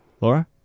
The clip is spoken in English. Laura